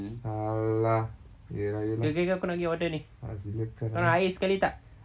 !alah! iya lah iya lah ah silakan ah